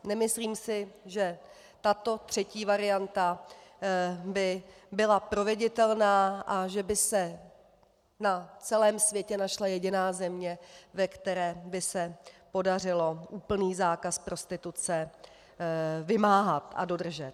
Nemyslím si, že tato třetí varianta by byla proveditelná a že by se na celém světě našla jediná země, ve které by se podařilo úplný zákaz prostituce vymáhat a dodržet.